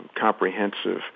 comprehensive